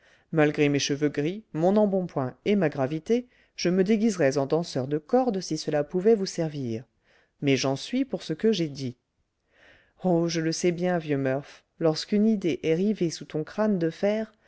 malgré mes cheveux gris mon embonpoint et ma gravité je me déguiserais en danseur de corde si cela pouvait vous servir mais j'en suis pour ce que j'ai dit oh je le sais bien vieux murph lorsqu'une idée est rivée sous ton crâne de fer